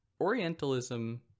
Orientalism